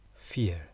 fear